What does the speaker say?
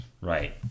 Right